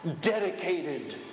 dedicated